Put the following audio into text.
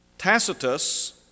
Tacitus